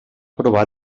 provar